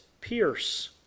pierce